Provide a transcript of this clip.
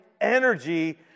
energy